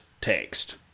text